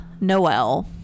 Noel